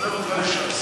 מצרף אותך לש"ס.